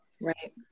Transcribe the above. right